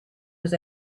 was